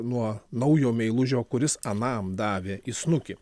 nuo naujo meilužio kuris anam davė į snukį